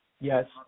Yes